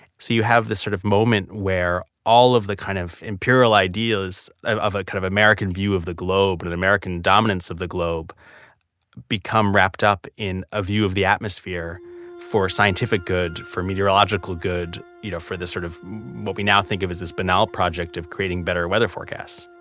so you have this sort of moment moment where all of the kind of imperial ideas of of ah kind of american view of the globe and an american dominance of the globe become wrapped up in a view of the atmosphere for scientific good, for meteorological good, you know for this sort of what we now think of as this banal project of creating better weather forecasts